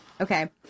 Okay